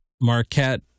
Marquette